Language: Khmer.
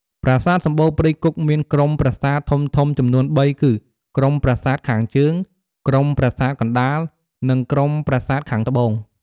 ប្រាសាទសំបូរព្រៃគុកមានក្រុមប្រាសាទធំៗចំនួនបីគឺ ក្រុមប្រាសាទខាងជើង ក្រុមប្រាសាទកណ្ដាល និងក្រុមប្រាសាទខាងត្បូង។